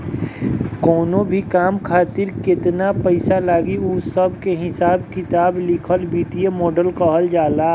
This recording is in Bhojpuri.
कवनो भी काम खातिर केतन पईसा लागी उ सब के हिसाब किताब लिखल वित्तीय मॉडल कहल जाला